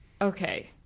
okay